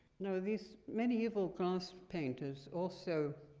now, these medieval glass painters also